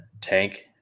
tank